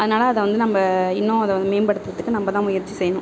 அதனால அதை வந்து நம்ம இன்னும் அதை வந்து மேம்படுத்துவதுக்கு நம்ம தான் முயற்சி செய்யணும்